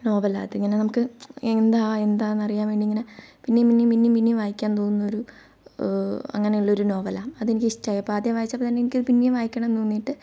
നോവലാണ് അത് ഇങ്ങനെ നമുക്ക് എന്താ എന്താന്നറിയാൻ വേണ്ടി ഇങ്ങനെ പിന്നേം പിന്നേം പിന്നേം പിന്നേം വായിക്കാൻ തോന്നുന്നൊരു അങ്ങനെയുള്ളൊരു നോവലാണ് അതെനിക്കിഷ്ടമായി അപ്പോൾ ആദ്യം വായിച്ചപ്പോൾ തന്നെ പിന്നേം വായിക്കണം തോന്നിട്ട്